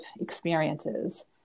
experiences